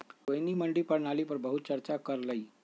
रोहिणी मंडी प्रणाली पर बहुत चर्चा कर लई